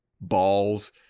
balls